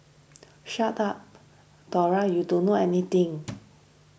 shut up Dora you don't know anything